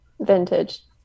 Vintage